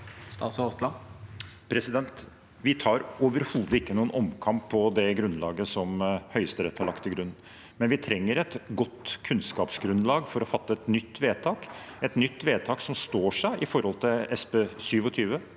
Aasland Vi tar overhodet ikke noen omkamp på det grunnlaget som Høyesterett har lagt til grunn, men vi trenger et godt kunnskapsgrunnlag for å fatte et nytt vedtak – et nytt vedtak som står seg når det gjelder SP 27